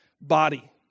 body